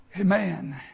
Amen